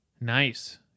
Nice